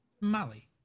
molly